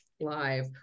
live